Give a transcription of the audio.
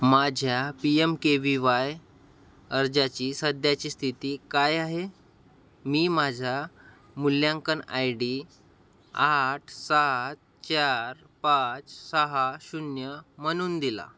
माझ्या P M K V Y अर्जाची सध्याची स्थिती काय आहे मी माझा मूल्यांकन आय डी आठ सात चार पाच सहा शून्य म्हणून दिला